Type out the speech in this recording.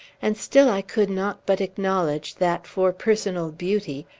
and still i could not but acknowledge that, for personal beauty,